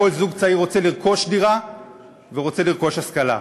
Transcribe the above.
כל זוג צעיר רוצה לרכוש דירה ורוצה לרכוש השכלה.